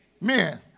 Men